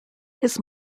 his